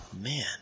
man